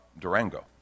Durango